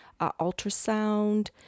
ultrasound